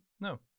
No